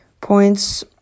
points